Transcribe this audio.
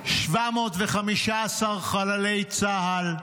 715 חללי צה"ל,